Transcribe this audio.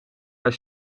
haar